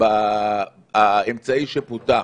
האמצעי שפותח